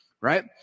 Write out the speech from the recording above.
right